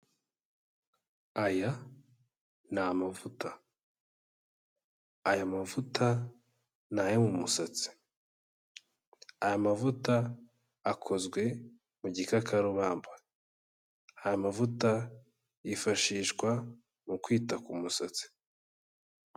Aya ni amavuta, aya mavuta n'ayo mu musatsi, aya mavuta akozwe mu gikakarubamba, aya mavuta yifashishwa mu kwita ku musatsi.